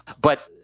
But-